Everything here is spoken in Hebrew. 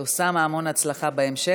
אנחנו כמובן נאחל לאוסאמה המון הצלחה בהמשך,